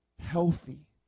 Healthy